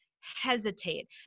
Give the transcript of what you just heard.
hesitate